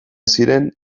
ziren